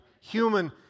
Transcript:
human